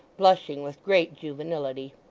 blushing with great juvenility.